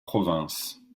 provinces